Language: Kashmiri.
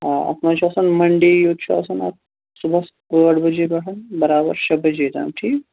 آ وۅنۍ چھُ آسان مَنٛڈے یوت چھُ آسان اتھ صُبحس ٲٹھ بَجے پیٚٹھن بَرابَر شےٚ بَجے تام ٹھیٖک